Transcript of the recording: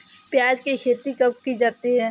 प्याज़ की खेती कब की जाती है?